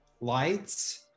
lights